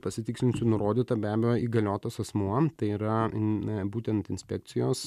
pasitikslinsiu nurodyta be abejo įgaliotas asmuo tai yra m a būtent inspekcijos